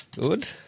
Good